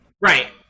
Right